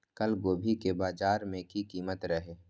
कल गोभी के बाजार में की कीमत रहे?